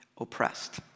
oppressed